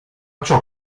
ciò